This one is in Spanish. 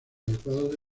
adecuados